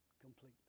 completely